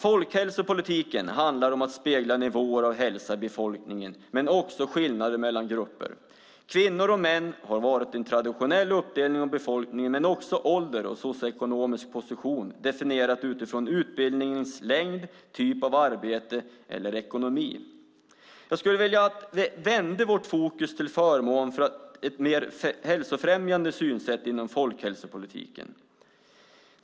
Folkhälsopolitiken handlar om att spegla nivåer av hälsa i befolkningen men också skillnader mellan grupper. Kvinnor och män har varit en traditionell uppdelning av befolkningen men också ålder och socioekonomisk position, definierat utifrån utbildningens längd, typ av arbete eller ekonomi. Jag skulle vilja att vi vände vårt fokus till förmån för ett mer hälsofrämjande synsätt inom folkhälsopolitiken.